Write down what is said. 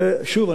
ושוב,